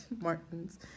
Martins